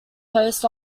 post